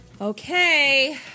Okay